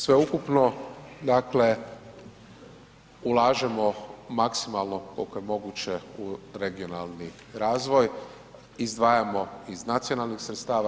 Sveukupno dakle ulažemo maksimalno koliko je moguće u regionalni razvoj, izdvajamo iz nacionalnih sredstava.